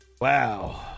Wow